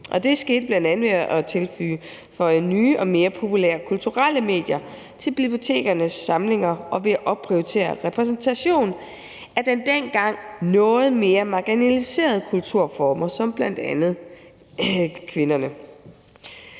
skete bl.a. ved at tilføje nye og mere populære kulturelle medier til bibliotekernes samlinger og ved at opprioritere repræsentation af de dengang noget mere marginaliserede kulturformer, bl.a. af kvinder.